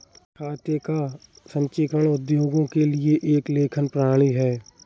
खाते का संचीकरण उद्योगों के लिए एक लेखन प्रणाली है